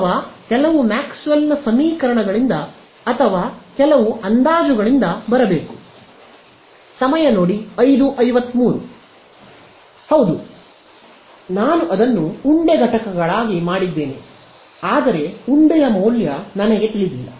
ಅಥವಾ ಕೆಲವು ಮ್ಯಾಕ್ಸ್ವೆಲ್ನ ಸಮೀಕರಣಗಳಿಂದ ಅಥವಾ ಕೆಲವು ಅಂದಾಜುಗಳಿಂದ ಬರಬೇ ಹೌದು ನಾನು ಅದನ್ನು ಉಂಡೆ ಘಟಕಗಳಾಗಿ ಮಾಡಿದ್ದೇನೆ ಆದರೆ ಉಂಡೆಯ ಮೌಲ್ಯ ನನಗೆ ತಿಳಿದಿಲ್ಲ